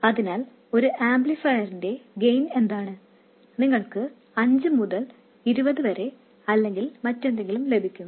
അതിനാൽ ഒരു ആംപ്ലിഫയറിന്റെ ഗെയിൻ എന്താണ് നിങ്ങൾക്ക് അഞ്ച് മുതൽ ഇരുപത് വരെ അല്ലെങ്കിൽ മറ്റെന്തെങ്കിലും ലഭിക്കും